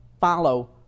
follow